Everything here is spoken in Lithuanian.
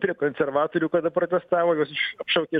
prie konservatorių kada protestavo juos apšaukė